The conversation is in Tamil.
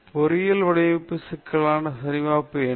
பொறியியல் வடிவமைப்பு சிக்கலுக்கான சரிபார்ப்பு என்ன